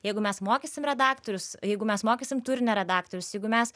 jeigu mes mokysim redaktorius jeigu mes mokėsim turinio redaktorius jeigu mes